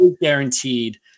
guaranteed